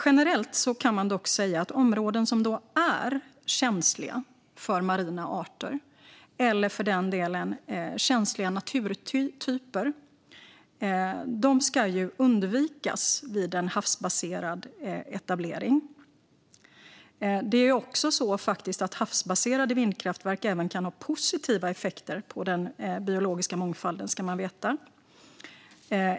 Generellt kan man dock säga att områden som är känsliga för marina arter, eller för den delen känsliga naturtyper, ska undvikas vid en havsbaserad etablering. Man ska också veta att havsbaserade vindkraftverk även kan ha positiva effekter på den biologiska mångfalden.